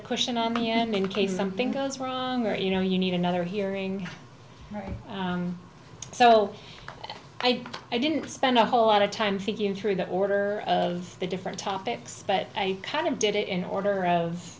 cushion on the end in case something goes wrong or you know you need another hearing right so i didn't spend a whole lot of time thinking through the order of the different topics but i kind of did it in order of